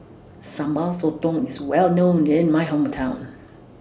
Sambal Sotong IS Well known in My Hometown